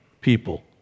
people